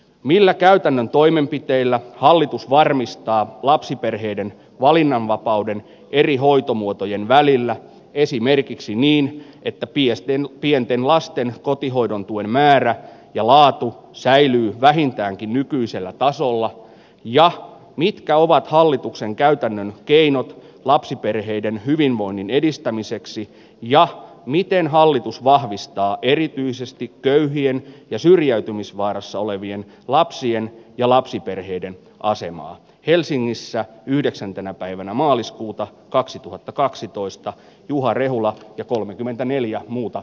millä käytännön toimenpiteillä hallitus varmistaa lapsiperheiden valinnanvapauden eri hoitomuotojen välillä esimerkiksi niin että piästiin pienten lasten kotihoidon tuen määrä ja laatu säilyy vähintäänkin nykyisellä tasolla ja mitkä ovat hallituksen käytännön keinot lapsiperheiden hyvinvoinnin edistämiseksi ja miten hallitus vahvistaa erityisesti köyhien ja syrjäytymisvaarassa olevien lapsien ja lapsiperheiden asemaa helsingissä yhdeksäntenä päivänä maaliskuuta kaksituhattakaksitoista juha rehula ja esittämistä varten